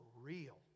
real